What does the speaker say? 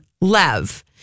Lev